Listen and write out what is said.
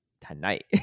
tonight